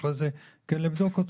ואחרי זה לבדוק אותו.